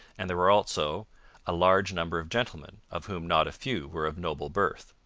and there were also a large number of gentlemen, of whom not a few were of noble birth